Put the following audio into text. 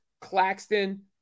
Claxton